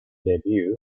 debut